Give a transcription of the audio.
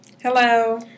Hello